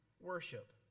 worship